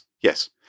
yes